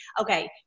Okay